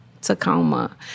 Tacoma